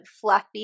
fluffy